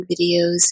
videos